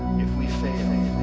we sent in